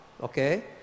okay